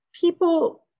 people